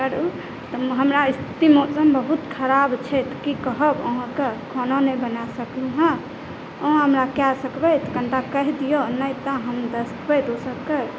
करू हमरा एतऽ मौसम बहुत खराब छै की कहब अहाँके खाना नहि बना सकलहुँ हँ अहाँ हमरा कऽ सकबै कनिटा कहि दिअ नहि तऽ हम देखबै दोसरके